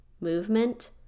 movement